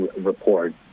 report